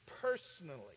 personally